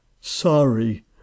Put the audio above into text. Sorry